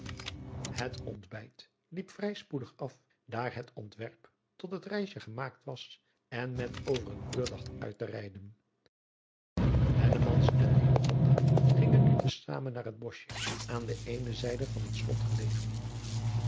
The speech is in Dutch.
het ontbijt liep vrij spoedig af daar het ontwerp tot het reisje gemaakt was en men over een uur dacht uit te rijden hellemans en hillegonda gingen nu te zamen naar het boschje aan de eene zijde van het slot gelegen